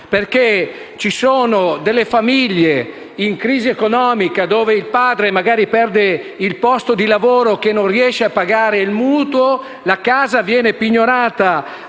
perché ci sono delle famiglie in crisi economica, con un padre che magari perde il posto di lavoro e, non riuscendo a pagare il mutuo, si vede pignorare